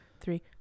three